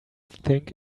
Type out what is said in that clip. think